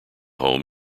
home